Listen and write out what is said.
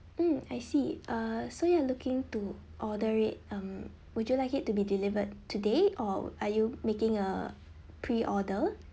mm I see uh so you are looking to order it um would you like it to be delivered today or are you making a preorder